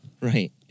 Right